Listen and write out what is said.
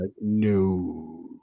No